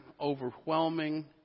overwhelming